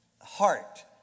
heart